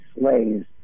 slaves